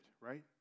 right